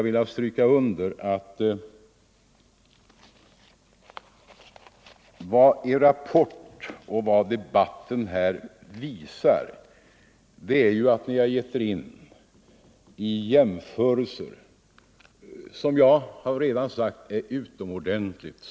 Vad er rapport och debatten här visar är ju att ni har gett er in i jämförelser som — det har jag redan sagt — är ytterst svåra att göra.